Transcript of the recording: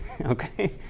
okay